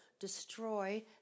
destroy